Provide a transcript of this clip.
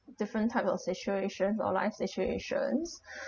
different types of situations or life situations